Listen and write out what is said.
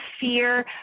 fear